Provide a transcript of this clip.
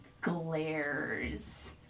glares